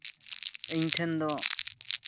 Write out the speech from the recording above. ᱤᱧ ᱴᱷᱮᱱ ᱫᱚ